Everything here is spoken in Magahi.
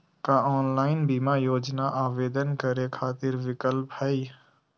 का ऑनलाइन बीमा योजना आवेदन करै खातिर विक्लप हई?